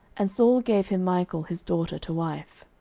and saul gave him michal his daughter to wife.